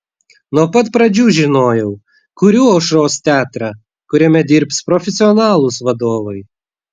nuo pat pradžių žinojau kuriu aušros teatrą kuriame dirbs profesionalūs vadovai